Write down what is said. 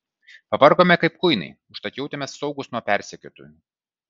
pavargome kaip kuinai užtat jautėmės saugūs nuo persekiotojų